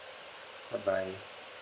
bye bye